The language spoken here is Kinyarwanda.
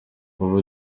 ubu